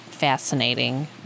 fascinating